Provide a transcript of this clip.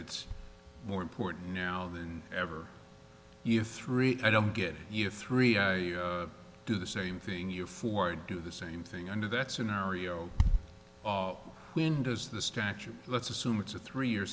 it's more important now than ever you three i don't get you three i do the same thing you for do the same thing under that scenario when does the statute let's assume it's a three year